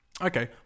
Okay